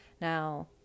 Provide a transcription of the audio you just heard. Now